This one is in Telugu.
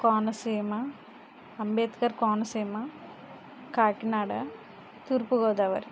కోనసీమ అంబేద్కర్ కోనసీమ కాకినాడ తూర్పుగోదావరి